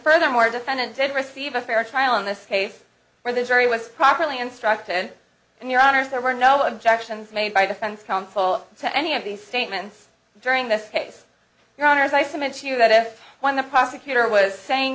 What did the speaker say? furthermore defendant did receive a fair trial in this case where the jury was properly instructed and your honor there were no objections made by defense counsel to any of these statements during this case your honor as i submit to you that if when the prosecutor was saying